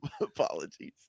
apologies